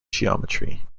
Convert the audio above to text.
geometry